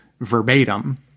verbatim